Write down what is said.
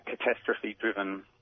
catastrophe-driven